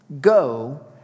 go